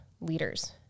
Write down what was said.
leaders